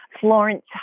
florence